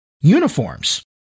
uniforms